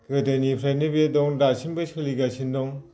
गोदोनिफ्रायनो बेयो दं दासिमबो सोलिगासिनो दं